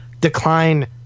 decline